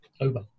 over